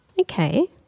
Okay